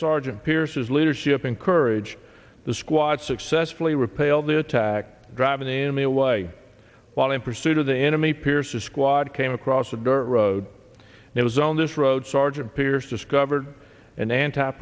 pierce's leadership encourage the squad successfully repel the attack drive an enemy away while in pursuit of the enemy pierce a squad came across a dirt road that was on this road sergeant pearce discovered an anti